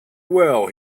well